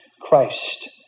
Christ